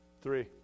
Three